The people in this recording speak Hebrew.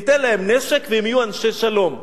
ניתן להם נשק והם יהיו אנשי שלום.